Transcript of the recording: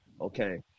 Okay